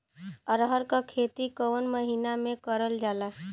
अरहर क खेती कवन महिना मे करल जाला?